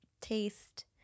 taste